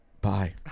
Bye